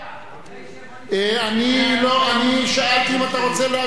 אחרי שהבנתי, אני שאלתי אם אתה רוצה להשיב.